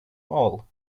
all